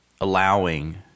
Allowing